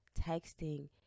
texting